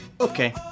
Okay